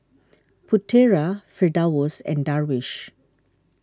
Putera Firdaus and Darwish